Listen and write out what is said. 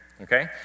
okay